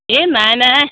এই নাই নাই